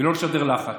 ולא לשדר לחץ.